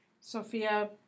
Sophia